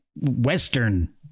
western